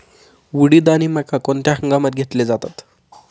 उडीद आणि मका कोणत्या हंगामात घेतले जातात?